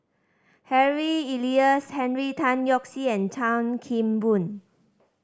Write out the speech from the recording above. Harry Elias Henry Tan Yoke See and Chan Kim Boon